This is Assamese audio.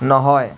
নহয়